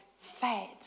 fed